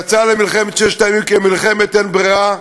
למלחמת ששת הימים כמלחמת אין-ברירה,